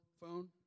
phone